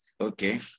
Okay